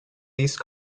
these